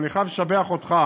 אבל אני חייב לשבח אותך,